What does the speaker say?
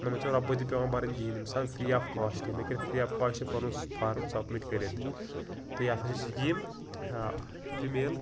نوٚمَن چھَنہٕ رۄپٔے تہِ پیٚوان بھَرنۍ کِہِیٖنۍ نہٕ یم چھِ آسان فرٛی آف کاسٹ یم ہیٚکیٚن فرٛی آف کاسٹہٕ پَنُن سُہ فارم سَبمِٹ کٔرِتھ تہٕ یہِ ہَسا چھِ سِکیٖم ٲں فِمیل